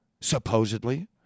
supposedly